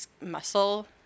muscle